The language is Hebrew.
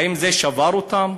האם זה שבר אותם?